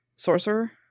sorcerer